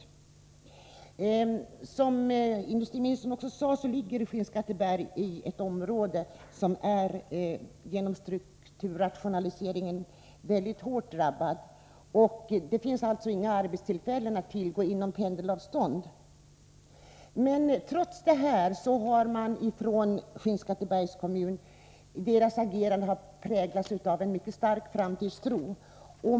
Som industriministern sade ligger Skinnskatteberg i ett område som till följd av strukturrationaliseringen blivit hårt drabbat. Det finns alltså inga arbetstillfällen att tillgå inom pendlingsavstånd. Trots detta har Skinnskattebergs kommuns agerande präglats av en mycket stark framtidstro.